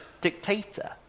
dictator